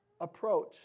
approach